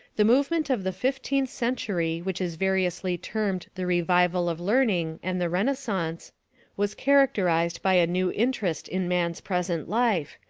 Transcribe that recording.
the movement of the fifteenth century which is variously termed the revival of learning and the renascence was characterized by a new interest in man's present life,